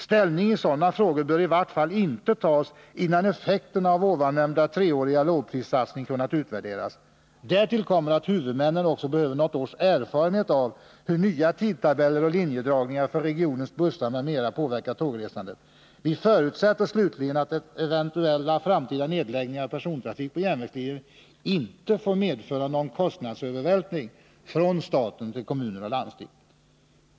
Ställning i sådana frågor bör i vart fall inte tas innan effekterna av ovannämnda treåriga lågprissatsning kunnat utvärderas. Därtill kommer att huvudmännen också behöver något års erfarenhet av hur nya tidtabeller och linjedragningar för regionens bussar m.m. påverkar tågresandet. Vi förutsätter slutligen att eventuella framtida nedläggningar av persontrafik på järnvägslinjer inte får medföra någon kostnadsövervältring från staten till kommuner/landsting.